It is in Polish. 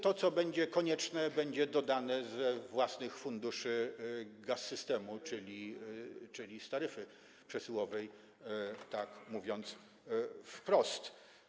To, co będzie konieczne, będzie dodane z własnych funduszy Gaz-Systemu, czyli z taryfy przesyłowej, tak mówiąc wprost.